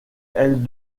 elles